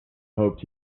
hoped